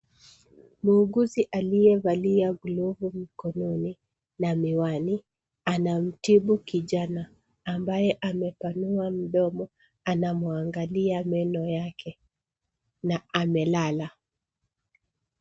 Muuguzi aliyevalia glovu mikononi na miwani anamtibu kijana ambaye amepanua mdomo anamuangalia meno yake na amelala.